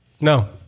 No